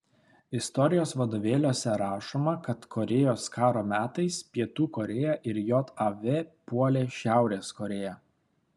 istorijos vadovėliuose rašoma kad korėjos karo metais pietų korėja ir jav puolė šiaurės korėją